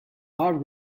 are